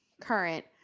current